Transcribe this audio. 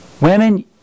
Women